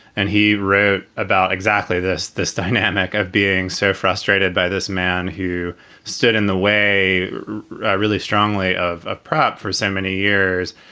and he wrote about exactly this this dynamic of being so frustrated by this man who stood in the way really strongly of ah prop for so many years.